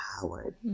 Howard